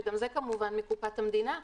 שגם זה כמובן מקופת המדינה,